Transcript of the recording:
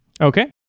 Okay